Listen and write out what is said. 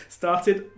started